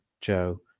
Joe